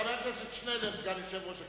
חבר הכנסת שנלר, סגן יושב-ראש הכנסת,